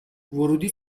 ورودی